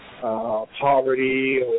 poverty